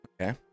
okay